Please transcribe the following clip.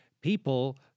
people